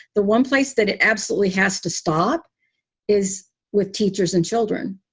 the one place that it absolutely has to stop is with teachers and children.